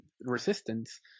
Resistance